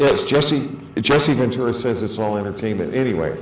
it's jesse jesse ventura says it's all entertainment any way